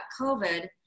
COVID